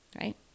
right